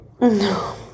No